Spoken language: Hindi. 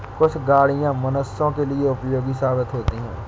कुछ गाड़ियां मनुष्यों के लिए उपयोगी साबित होती हैं